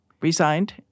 resigned